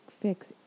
fix